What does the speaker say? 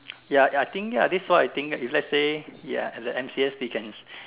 ya I think ya ya that's what I think if let's say ya at the M_C_S they can